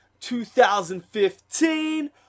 2015